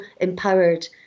empowered